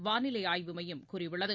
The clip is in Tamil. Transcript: வானிலை ஆய்வு மையம் கூறியுள்ளது